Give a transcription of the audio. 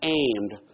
aimed